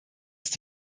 ist